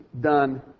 done